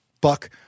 buck